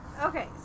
Okay